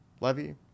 levy